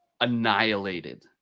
annihilated